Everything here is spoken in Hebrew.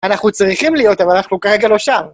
אנחנו צריכים להיות, אבל אנחנו כרגע לא שם.